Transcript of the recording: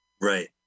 right